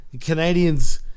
Canadians